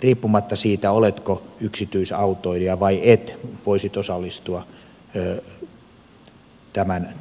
riippumatta siitä oletko yksityisautoilija vai et voisit osallistua